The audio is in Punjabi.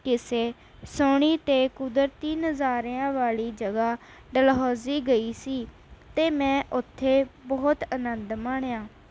ਕਿਸੇ ਸੋਹਣੀ ਅਤੇ ਕੁਦਰਤੀ ਨਜ਼ਾਰਿਆਂ ਵਾਲ਼ੀ ਜਗ੍ਹਾ ਡਲਹੌਜ਼ੀ ਗਈ ਸੀ ਅਤੇ ਮੈਂ ਉੱਥੇ ਬਹੁਤ ਆਨੰਦ ਮਾਣਿਆ